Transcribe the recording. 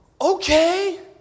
okay